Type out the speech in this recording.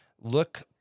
look